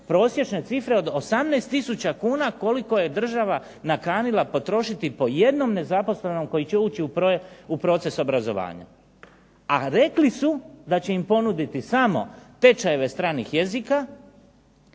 prosječne cifre od 18 tisuća kuna koliko je država nakanila potrošiti po jednom nezaposlenom koji će ući u proces obrazovanja, a rekli su da će im ponuditi samo tečajeve strnih jezika,